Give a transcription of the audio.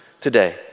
today